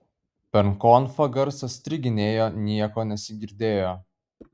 per konfą garsas striginėjo nieko nesigirdėjo